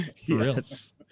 yes